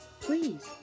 Please